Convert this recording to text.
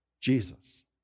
Jesus